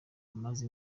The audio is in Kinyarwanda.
amaze